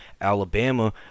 Alabama